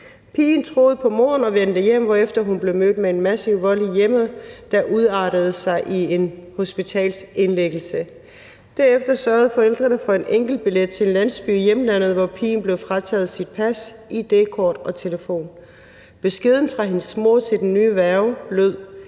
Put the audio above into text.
Pigen troede på moren og vendte hjem, hvorefter hun blev mødt med massiv vold i hjemmet, der udartede sig til en hospitalsindlæggelse. Derefter sørgede forældrene for en enkeltbillet til en landsby i hjemlandet, hvor pigen blev frataget sit pas, id-kort og telefon. Beskeden fra hendes mor til den nye værge lød: